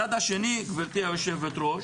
הצעד השני, גברתי היו"ר,